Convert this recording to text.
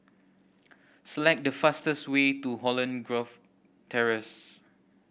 select the fastest way to Holland Grove Terrace